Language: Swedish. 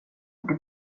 inte